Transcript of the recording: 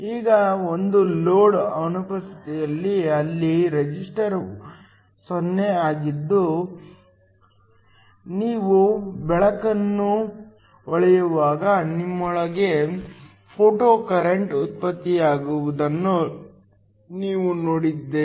ಈಗ ಒಂದು ಲೋಡ್ ಅನುಪಸ್ಥಿತಿಯಲ್ಲಿ ಅಲ್ಲಿ ರೆಸಿಸ್ಟರ್ 0 ಆಗಿದ್ದು ನೀವು ಬೆಳಕನ್ನು ಹೊಳೆಯುವಾಗ ನಿಮ್ಮೊಳಗೆ ಫೋಟೊಕರೆಂಟ್ ಉತ್ಪತ್ತಿಯಾಗುವುದನ್ನು ನಾವು ನೋಡಿದ್ದೇವೆ